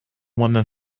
woman